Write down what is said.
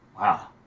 Wow